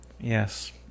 Yes